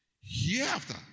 hereafter